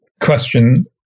question